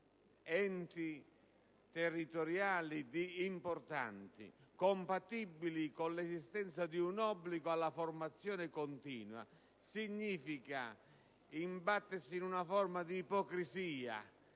enti territoriali importanti sia compatibile con l'esistenza di un obbligo alla formazione continua significa imbattersi in una forma d'ipocrisia: